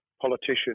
politician